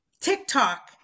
TikTok